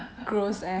gross ass